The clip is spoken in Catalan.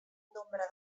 nombre